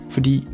Fordi